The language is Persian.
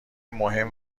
مهم